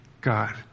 God